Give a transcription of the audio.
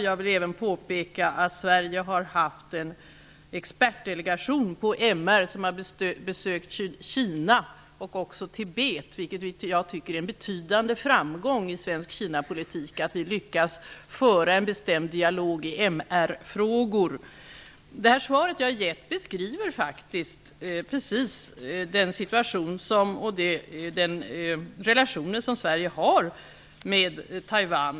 Jag vill även påpeka att en delegation från Sverige med experter på MR har besökt Kina och även Tibet. Jag tycker att det är en betydande framgång i svensk Kinapolitik att vi lyckas föra en bestämd dialog i MR-frågor. Svaret som jag har gett beskriver precis den situation och den relation som Sverige har med Taiwan.